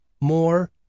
more